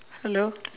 hello